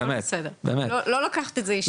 הכל בסדר, אני לוקחת את זה אישית.